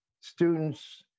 students